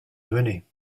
venait